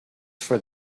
for